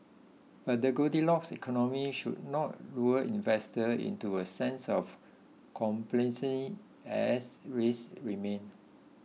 but the goldilocks economy should not lull investors into a sense of complacency as risks remain